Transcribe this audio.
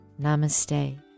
namaste